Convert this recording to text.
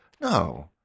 No